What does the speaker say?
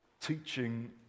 teaching